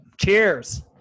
Cheers